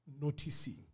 noticing